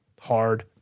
hard